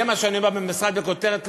זה מה שאני אומר במשרד, בכותרת.